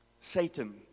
Satan